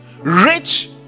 Rich